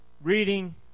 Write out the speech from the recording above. reading